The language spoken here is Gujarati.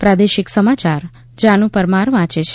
પ્રાદેશિક સમાચાર જાનુ પરમાર વાંચે છે